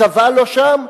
הצבא לא שם.